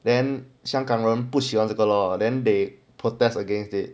then 香港人不喜欢这个 law then they protest against it